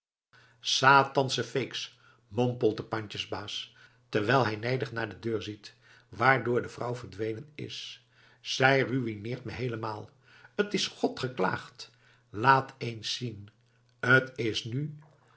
satansche feeks mompelt de pandjesbaas terwijl hij nijdig naar de deur ziet waardoor de vrouw verdwenen is zij ruïneert me heelemaal t is god geklaagd laat eens zien t is nu